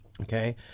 Okay